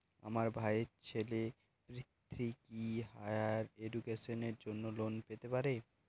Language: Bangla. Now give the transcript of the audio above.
আমার ভাইয়ের ছেলে পৃথ্বী, কি হাইয়ার এডুকেশনের জন্য লোন পেতে পারে?